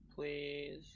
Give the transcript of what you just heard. Please